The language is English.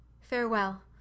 Farewell